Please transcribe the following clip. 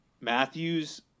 Matthews